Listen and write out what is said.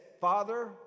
Father